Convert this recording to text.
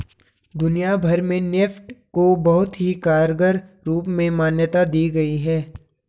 दुनिया भर में नेफ्ट को बहुत ही कारगर रूप में मान्यता दी गयी है